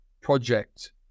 project